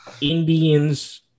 Indians